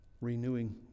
renewing